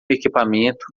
equipamento